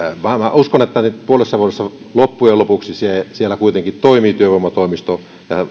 uskon että puolessa vuodessa loppujen lopuksi siellä kuitenkin toimii työvoimatoimisto